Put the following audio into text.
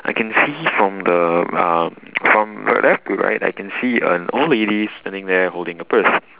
I can see from the um from left to right I can see an old lady standing there holding a purse